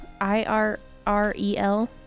I-R-R-E-L